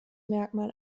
merkmal